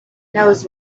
knows